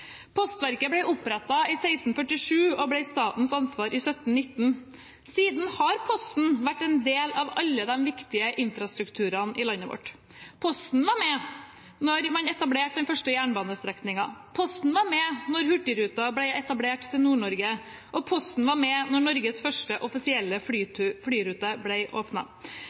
Postverket ble opprettet i 1647 og ble statens ansvar i 1719. Siden har Posten vært en del av alle de viktige infrastrukturene i landet vårt. Posten var med da man etablerte den første jernbanestrekningen, Posten var med da Hurtigruten ble etablert til Nord-Norge, og Posten var med da Norges første offisielle flyrute